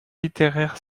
littéraire